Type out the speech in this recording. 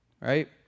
right